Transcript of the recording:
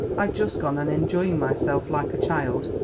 i've just gone on enjoying myself like a child,